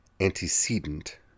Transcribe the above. antecedent